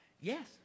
Yes